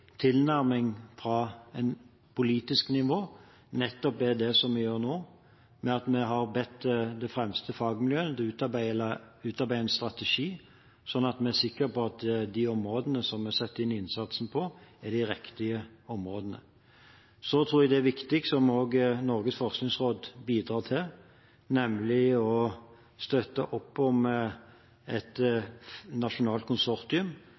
en fornuftig tilnærming fra politisk nivå nettopp er det som vi gjør nå, ved at vi har bedt de fremste fagmiljøene utarbeide en strategi sånn at vi er sikker på at de områdene som vi setter inn innsatsen på, er de riktige områdene. Jeg tror det er viktig, det som også Norges forskningsråd bidrar til, nemlig å støtte opp om et nasjonalt konsortium